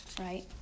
right